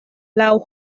laŭ